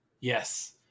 yes